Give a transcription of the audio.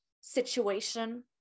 situation